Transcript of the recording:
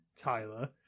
Tyler